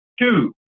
Two